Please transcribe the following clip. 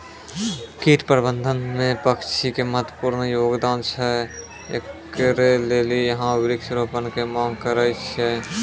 कीट प्रबंधन मे पक्षी के महत्वपूर्ण योगदान छैय, इकरे लेली यहाँ वृक्ष रोपण के मांग करेय छैय?